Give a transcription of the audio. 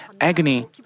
agony